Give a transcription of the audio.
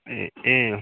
ए ए